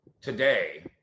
today